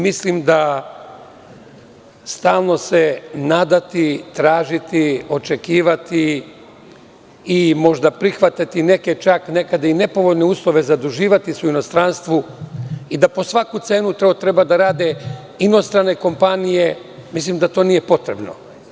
Mislim da stalno se nadati, tražiti, očekivati i možda prihvatati neke čak nekada i nepovoljne uslove, zaduživati se u inostranstvu i da po svaku cenu to treba da rade inostrane kompanije, mislim da to nije potrebno.